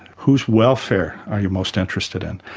whose welfare are you most interested in?